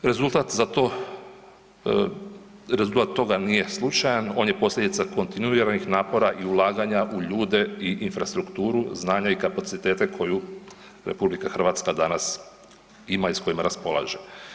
Rezultat za to, rezultat toga nije slučajan, on je posljedica kontinuiranih napora i ulaganja u ljude i infrastrukturu, znanja i kapaciteta koju RH danas ima i s kojima raspolaže.